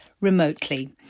remotely